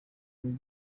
mbi